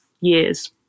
years